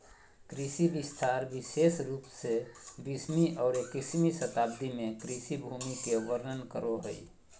कृषि विस्तार विशेष रूप से बीसवीं और इक्कीसवीं शताब्दी में कृषि भूमि के वर्णन करो हइ